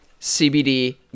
CBD